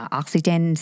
oxygen